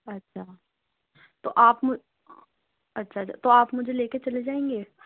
اچھا تو آپ اچھا تو آپ مجھے لے کر چلے جائیں گے